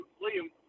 William